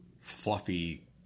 fluffy